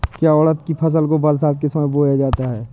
क्या उड़द की फसल को बरसात के समय बोया जाता है?